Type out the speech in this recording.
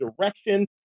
direction